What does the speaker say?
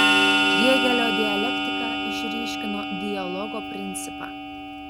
hėgelio dialektika išryškino dialogo principą